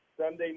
Sunday